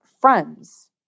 friends